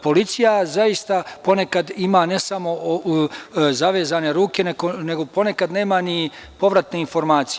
Policija zaista ponekad ima ne samo zavezane ruke, nego ponekad nema ni povratne informacije.